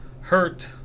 hurt